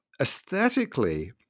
aesthetically